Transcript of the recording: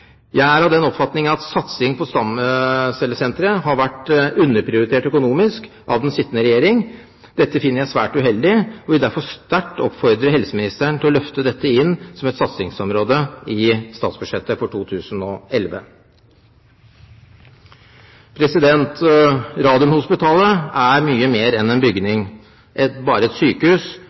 Jeg er av den oppfatning at satsing på stamcellesenteret har vært underprioritert økonomisk av den sittende regjering. Dette finner jeg svært uheldig og vil derfor sterkt oppfordre helseministeren til å løfte dette inn som et satsingsområde i statsbudsjettet for 2011. Radiumhospitalet er mye mer enn en bygning, bare et sykehus